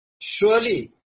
surely